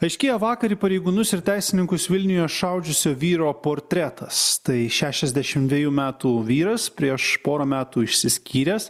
aiškėja vakar į pareigūnus ir teisininkus vilniuje šaudžiusio vyro portretas tai šešiasdešim dvejų metų vyras prieš porą metų išsiskyręs